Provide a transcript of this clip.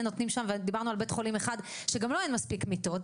נותנים שם ואנחנו דיברנו על בית חולים אחד שגם לו אין מספיק מיטות.